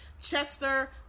Chester